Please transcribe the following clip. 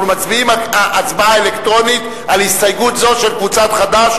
אנחנו מצביעים הצבעה אלקטרונית על הסתייגות זו של קבוצת חד"ש,